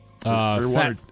Fat